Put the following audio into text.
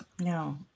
No